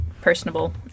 personable